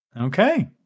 Okay